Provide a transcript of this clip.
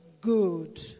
good